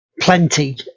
Plenty